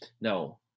No